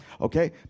Okay